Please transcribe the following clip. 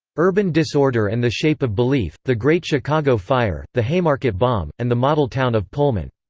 urban disorder and the shape of belief the great chicago fire, the haymarket bomb, and the model town of pullman.